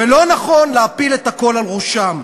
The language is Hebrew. ולא נכון להפיל את הכול על ראשם.